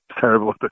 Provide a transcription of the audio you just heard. terrible